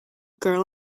girl